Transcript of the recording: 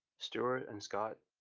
stuart and scott,